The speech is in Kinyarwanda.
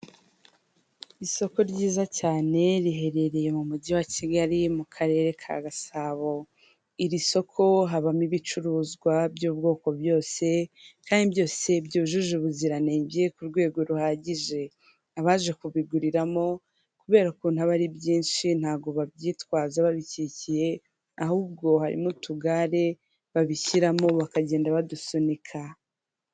Isoko ryiza cyane riherereye mu mujyi wa Kigali mu karere ka Gasabo, iri soko habamo ibicuruzwa by'ubwoko byose kandi byose byujuje ubuziranenge ku rwego ruhagije, abaje kubiguriramo kubera ukuntu aba ari byinshi ntabwo babyitwaza babikikiye ahubwo harimo utugare babishyiramo bakagenda badusunika.